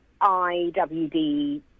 IWD